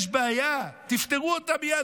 יש בעיה, תפתרו אותה מייד.